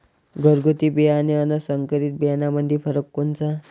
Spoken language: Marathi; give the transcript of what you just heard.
घरगुती बियाणे अन संकरीत बियाणामंदी फरक कोनचा?